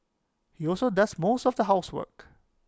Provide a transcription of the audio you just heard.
he also does most of the housework